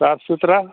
साफ़ सुथरा